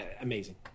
amazing